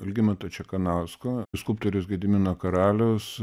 algimanto čekanausko skulptoriaus gedimino karaliaus